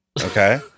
Okay